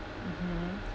mmhmm